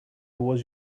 was